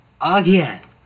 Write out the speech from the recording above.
again